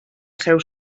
seu